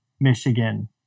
Michigan